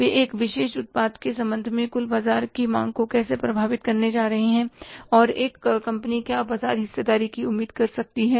वे एक विशेष उत्पाद के संबंध में कुल बाजार की मांग को कैसे प्रभावित करने जा रहे हैं और एक कंपनी क्या बाजार हिस्सेदारी की उम्मीद कर सकती है